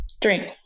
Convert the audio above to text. Drink